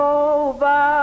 over